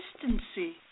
consistency